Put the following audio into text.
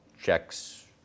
checks